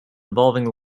involving